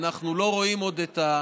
אנחנו עוד לא רואים את,